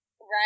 Right